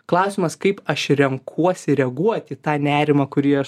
klausimas kaip aš renkuosi reaguot į tą nerimą kurį aš